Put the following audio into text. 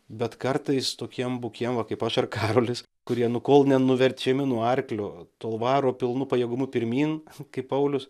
bet kartais tokiem bukiem va kaip aš ar karolis kurie nu kol nenuverčiami nuo arklio tol varo pilnu pajėgumu pirmyn kaip paulius